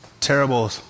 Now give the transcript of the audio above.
terrible